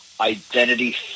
identity